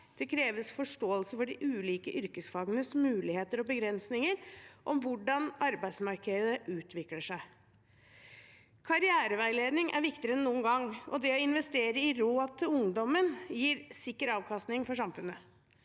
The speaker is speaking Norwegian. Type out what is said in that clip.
Det kreves forståelse for de ulike yrkesfagenes muligheter og begrensninger og for hvordan arbeidsmarkedet utvikler seg. Karriereveiledning er viktigere enn noen gang, og det å investere i råd til ungdommen gir sikker avkastning for samfunnet.